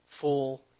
full